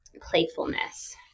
playfulness